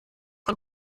von